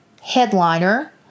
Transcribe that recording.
headliner